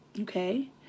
Okay